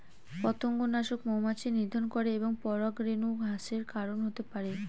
পতঙ্গনাশক মৌমাছি নিধন করে এবং পরাগরেণু হ্রাসের কারন হতে পারে